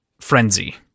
frenzy